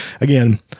Again